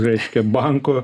reiškia banko